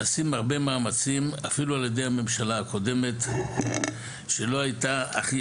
נעשים הרבה מאמצים אפילו על ידי הממשלה הקודמת שלא הייתה הכי